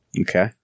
Okay